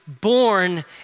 born